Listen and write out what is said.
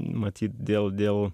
matyt dėl dėl